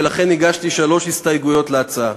ולכן הגשתי שלוש הסתייגויות להצעה.